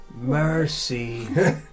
Mercy